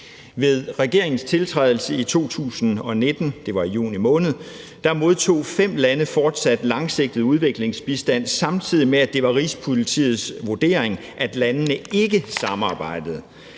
Ved regeringens tiltrædelse i 2019, det var i juni måned, modtog fem lande fortsat langsigtet udviklingsbistand, samtidig med at det var Rigspolitiets vurdering, at landene ikke samarbejdede.